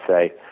say